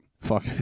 Fuck